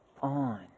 on